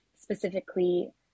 specifically